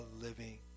living